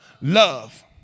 Love